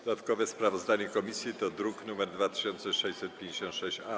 Dodatkowe sprawozdanie komisji to druk nr 2656-A.